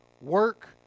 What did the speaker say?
work